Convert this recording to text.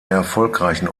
erfolgreichen